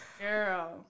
girl